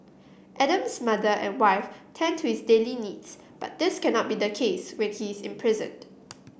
Adam's mother and wife tend to his daily needs but this cannot be the case when he is imprisoned